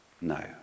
No